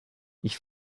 ich